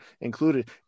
included